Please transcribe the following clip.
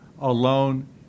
alone